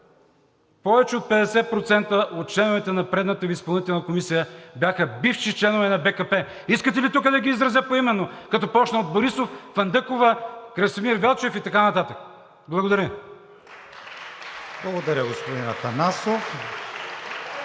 повече от 50% от членовете на предната Ви изпълнителна комисия бяха бивши членове на БКП. Искате ли тук да ги изразя поименно, като започна от Борисов, Фандъкова, Красимир Велчев и така нататък? Благодаря. ПРЕДСЕДАТЕЛ